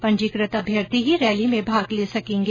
पंजीकृत अभ्यर्थी ही रैली में भाग ले सकेंगे